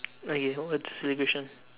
okay what's the silly question